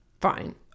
Fine